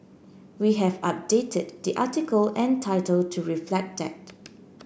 we have updated the article and title to reflect that